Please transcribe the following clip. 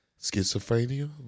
schizophrenia